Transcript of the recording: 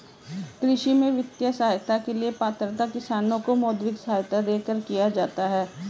कृषि में वित्तीय सहायता के लिए पात्रता किसानों को मौद्रिक सहायता देकर किया जाता है